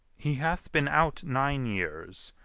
he hath been out nine years,